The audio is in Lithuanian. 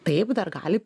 taip dar gali